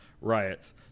riots